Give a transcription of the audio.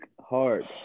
hard